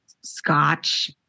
scotch